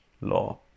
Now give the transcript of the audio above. law